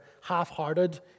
half-hearted